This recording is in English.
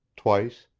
twice,